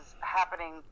happening